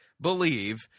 believe